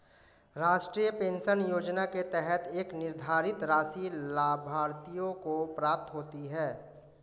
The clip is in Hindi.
राष्ट्रीय पेंशन योजना के तहत एक निर्धारित राशि लाभार्थियों को प्राप्त होती है